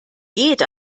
geht